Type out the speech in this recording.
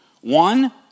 One